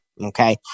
okay